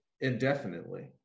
indefinitely